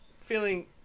Feeling